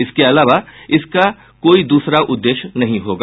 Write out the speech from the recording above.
इसके अलावा इसका कोई दूसरा उद्देश्य नहीं होगा